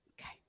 Okay